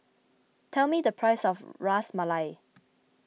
tell me the price of Ras Malai